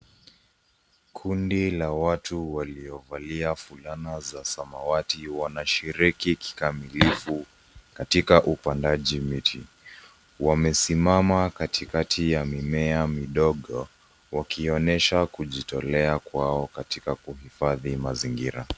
Kundi la watu waliovalia fulana za samawati wanashiriki kikamilifu katika upandaji miti. Wamesimama katikati ya mimea midogo wakionyesha kujitolea kwao katika kuhifadhi mazingira.